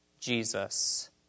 Jesus